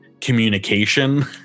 communication